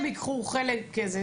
הם ייקחו חלק מזה,